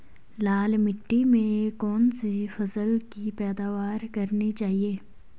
लाल मिट्टी में कौन सी फसल की पैदावार करनी चाहिए?